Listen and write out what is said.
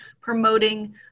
promoting